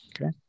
Okay